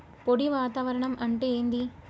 పొడి వాతావరణం అంటే ఏంది?